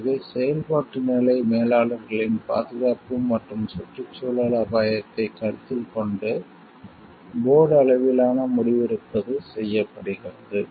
எனவே செயல்பாட்டு நிலை மேலாளர்களின் பாதுகாப்பு மற்றும் சுற்றுச்சூழல் அபாயத்தை கருத்தில் கொண்டு போர்ட் அளவிலான முடிவெடுப்பது செய்யப்படுகிறது